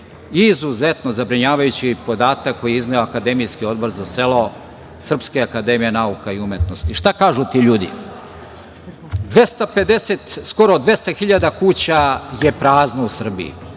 izuzetno zabrinjavajući podatak koji je izneo Akademijski odbor za selo Srpske akademije nauka i umetnosti. Šta kažu ti ljudi? Skoro 200.000 kuća je prazno u Srbiji,